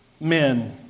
men